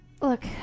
look